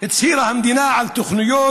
הצהירה המדינה על תוכניות,